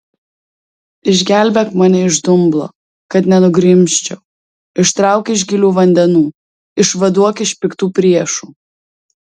išgelbėk mane iš dumblo kad nenugrimzčiau ištrauk iš gilių vandenų išvaduok iš piktų priešų